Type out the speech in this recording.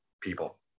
people